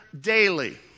daily